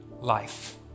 life